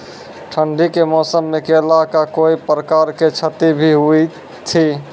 ठंडी के मौसम मे केला का कोई प्रकार के क्षति भी हुई थी?